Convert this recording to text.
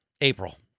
April